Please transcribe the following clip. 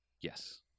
Yes